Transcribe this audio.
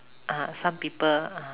uh some people uh